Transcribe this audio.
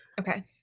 okay